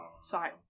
Sorry